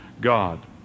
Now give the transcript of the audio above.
God